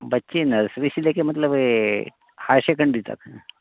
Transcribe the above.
बच्चे नर्सरी से लेके मतलब हाई सेकन्डरी तक हैं